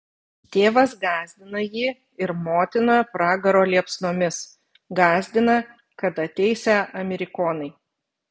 tėvas gąsdina jį ir motiną pragaro liepsnomis gąsdina kad ateisią amerikonai